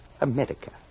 America